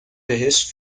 بهش